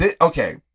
Okay